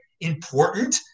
important